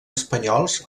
espanyols